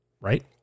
Right